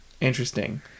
interesting